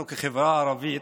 אנחנו כחברה ערבית,